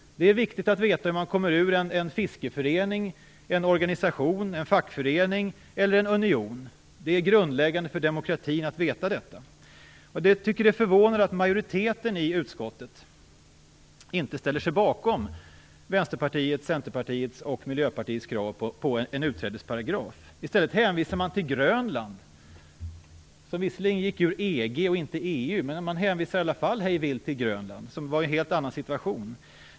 Det är viktigt att veta hur man kommer ur en fiskeförening, en organisation, en fackförening eller en union. Det är grundläggande för demokratin att veta detta. Jag tycker att det är förvånande att majoriteten i utskottet inte ställer sig bakom Vänsterpartiets, Centerpartiets och Miljöpartiets krav på en utträdesparagraf. I stället hänvisar man till Grönland, som visserligen gick ur EG och inte EU, men man hänvisar i alla fall hej vilt till Grönland, som var i en helt annan situation.